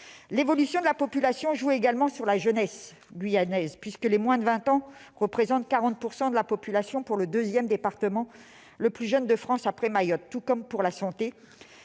L'évolution de la population joue également sur la jeunesse guyanaise, puisque les moins de 20 ans représentent 40 % de la population ; c'est le deuxième département le plus jeune de France, après Mayotte. Tout comme pour la santé,